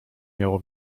miało